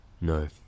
No